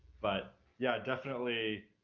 but yeah, definitely,